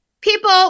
people